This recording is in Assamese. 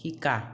শিকা